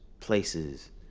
places